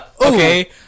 okay